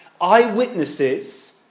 eyewitnesses